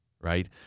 right